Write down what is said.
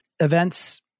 Events